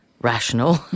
rational